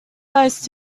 nice